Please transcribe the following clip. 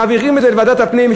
מעבירים את זה לוועדת הפנים,